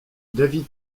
david